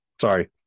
sorry